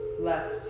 left